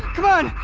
come on,